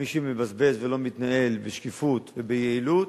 מי שמבזבז ולא מתנהל בשקיפות וביעילות,